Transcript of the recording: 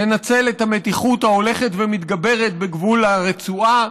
לנצל את המתיחות ההולכת ומתגברת בגבול הרצועה